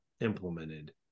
implemented